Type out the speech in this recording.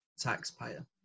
taxpayer